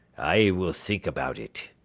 i will think about it.